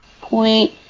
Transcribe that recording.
point